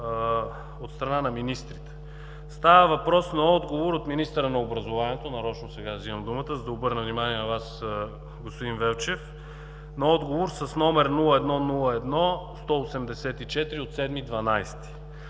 от страна на министрите. Става въпрос за отговор от министъра на образованието – нарочно сега взимам думата, за да обърна внимание на Вас, господин Велчев, на отговор с № 01-01-184, от 7